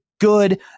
good